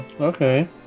Okay